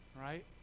right